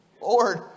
Lord